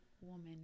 woman